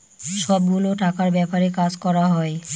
সব গুলো টাকার ব্যাপারে কাজ করা হয়